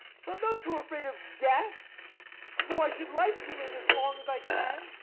for i'm not so afraid of death though i should like to live as long as i can.